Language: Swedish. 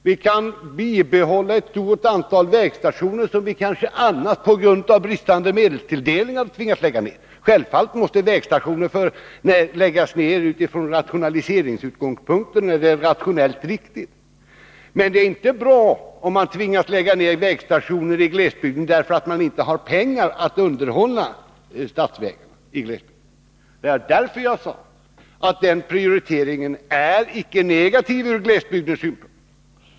Vi kan bibehålla ett stort antal vägstationer som vi kanske annars på grund av bristande medelstilldelning hade tvingats lägga ner. Självfallet måste vägstationer kunna läggas ner när det är riktigt utifrån rationaliseringssynpunkter, men det är inte bra om man tvingas lägga ner vägstationer i glesbygden därför att man inte har pengar till att underhålla statsvägarna i glesbygden. Det är därför jag sade att den prioritering som görs icke är negativ ur glesbygdens synpunkt.